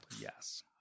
Yes